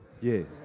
Yes